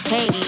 Hey